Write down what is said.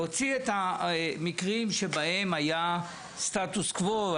להוציא את המקרים שבהם היה סטטוס קוו,